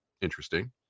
Interesting